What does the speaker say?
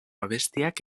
abestiak